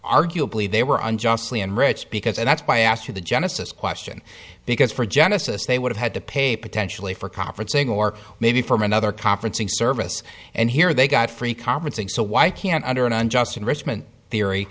arguably they were unjustly and rich because that's why i asked you the genesis question because for genesis they would have had to pay potentially for conferencing or maybe from another conferencing service and here they got free conferencing so why can't under an unjust enrichment theory